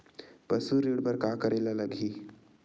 पशु ऋण बर का करे ला लगही?